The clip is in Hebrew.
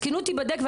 התקינות תיבדק.